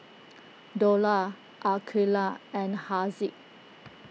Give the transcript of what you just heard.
Dollah Aqilah and Haziq